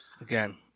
Again